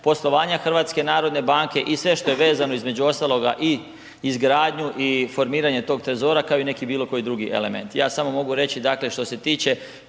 poslovanja HNB-a i sve što je vezano između ostaloga i izgradnju i formiranje tog trezora kao i neki bilo koji drugi element, ja samo mogu reći dakle što se tiče